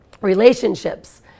relationships